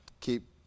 keep